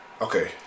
Okay